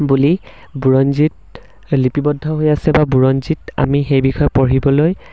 বুলি বুৰঞ্জিত লিপিবদ্ধ হৈ আছে বা বুৰঞ্জিত আমি সেই বিষয়ে পঢ়িবলৈ